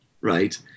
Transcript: right